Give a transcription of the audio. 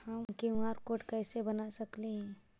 हम QR code कैसे बना सकली ही?